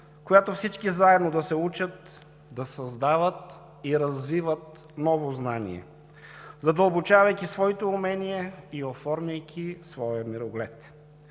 която всички заедно да се учат, да създават и развиват ново знание, задълбочавайки своите умения и оформяйки своя мироглед.